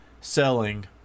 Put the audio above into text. selling